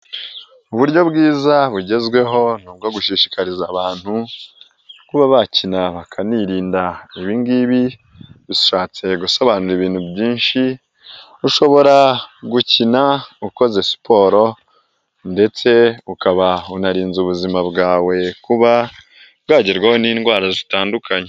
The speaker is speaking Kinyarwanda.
Uburyo bwiza bugezweho ni ubwo gushishikariza abantu kuba bakina bakanirinda, ibi ngibi bishatse gusobanura ibintu byinshi, ushobora gukina ukoze siporo ndetse ukaba unarinze ubuzima bwawe kuba bwagerwaho n'indwara zitandukanye.